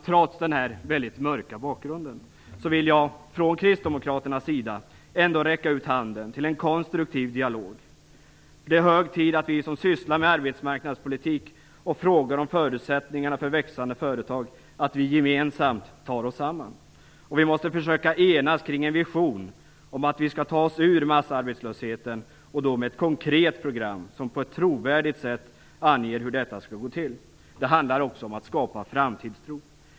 Trots denna mörka bakgrund vill jag från kristdemokraternas sida ändå räcka ut handen till en konstruktiv dialog. Det är hög tid att vi som sysslar med arbetsmarknadspolitik och frågorna om förutsättningarna för växande företag gemensamt tar oss samman. Vi måste försöka enas kring en vision om att vi skall ta oss ur massarbetslösheten, och då med ett konkret program som på ett trovärdigt sätt anger hur detta skall gå till. Det handlar också om att skapa en framtidstro.